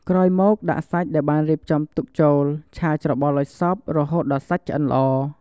ក្រោយមកដាក់សាច់ដែលបានរៀបចំទុកចូលឆា ច្របល់ឱ្យសព្វ រហូតដល់សាច់ឆ្អិនល្អ។